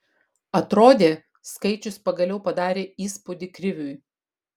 atrodė skaičius pagaliau padarė įspūdį kriviui